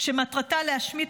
על משלוחי מזון לארגוני הטרור,